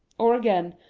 or again,